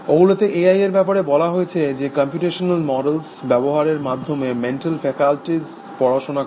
ওগুলোতে A I এর ব্যাপারে বলা হয়েছে যে কম্পিউটেশনাল মডেল ব্যবহারের মাধ্যমে মেন্টাল ফেসিলিটির পড়াশোনা করা